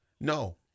No